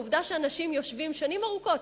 העובדה שאנשים יושבים שנים ארוכות,